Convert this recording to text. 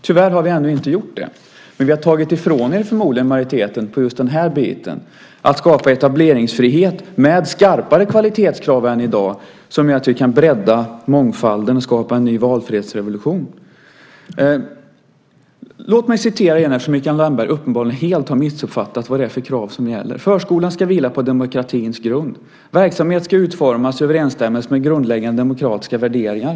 Tyvärr gör vi inte det ännu, men vi har förmodligen tagit ifrån er majoriteten vad gäller att skapa etableringsfrihet med skarpare kvalitetskrav än i dag vilket gör att vi kan bredda mångfalden och skapa en ny valfrihetsrevolution. Eftersom Mikael Damberg uppenbarligen helt missuppfattat vad det är för krav som gäller vill jag åter citera från läroplanen: "Förskolan vilar på demokratins grund. Därför skall dess verksamheter utformas i överensstämmelse med grundläggande demokratiska värderingar.